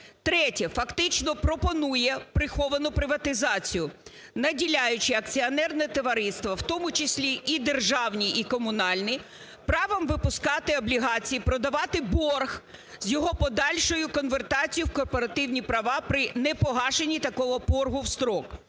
Третє. Фактично пропонує приховану приватизацію, наділяючи акціонерне товариство, в тому числі і державні, і комунальні, правом випускати облігації, продавати борг з його подальшою конвертацією в кооперативні права при непогашенні такого боргу в строк.